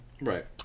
Right